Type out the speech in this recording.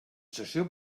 sessió